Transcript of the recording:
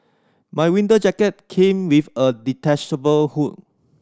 my winter jacket came with a detachable hood